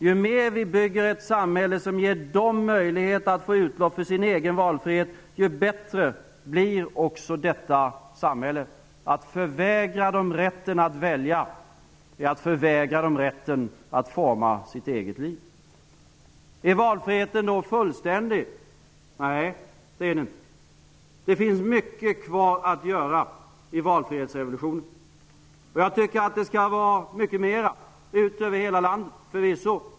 Ju mera vi bygger ett samhälle som ger dem möjlighet att få utlopp för sin egen valfrihet, desto bättre blir detta samhälle. Att förvägra dem rätten att välja är att förvägra dem rätten att forma sitt eget liv. Är då valfriheten fullständig? Nej, det är den inte. Det finns mycket kvar att göra i valfrihetsrevolutionen. Jag tycker att det skall vara mycket mera, över hela landet -- förvisso är det så.